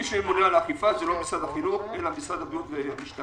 מי שממונה על האכיפה הוא לא משרד החינוך אלא משרד הבריאות והמשטרה.